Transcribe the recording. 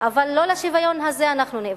אבל לא על השוויון הזה אנחנו נאבקים.